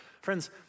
Friends